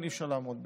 אי-אפשר לעמוד בזה.